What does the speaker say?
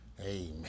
Amen